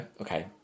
Okay